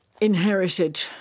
inherited